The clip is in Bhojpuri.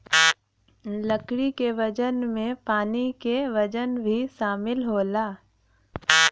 लकड़ी के वजन में पानी क वजन भी शामिल होला